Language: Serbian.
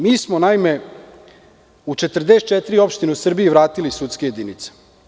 Mi smo u 44 opštine u Srbiji vratili sudske jedinice.